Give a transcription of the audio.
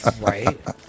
Right